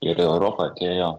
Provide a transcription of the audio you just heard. ir į europą atėjo